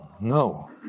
No